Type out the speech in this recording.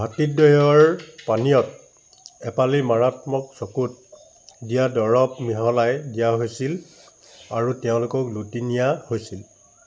ভাতৃদ্বয়ৰ পানীয়ত এপালি মাৰাত্মক চকুত দিয়া দৰৱ মিহলাই দিয়া হৈছিল আৰু তেওঁলোকক লুটি নিয়া হৈছিল